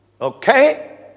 Okay